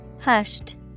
Hushed